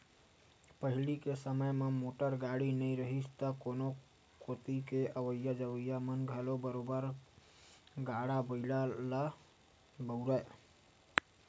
पहिली के समे म मोटर गाड़ी नइ रिहिस तब कोनो कोती के अवई जवई म घलो बरोबर गाड़ा बइला ल बउरय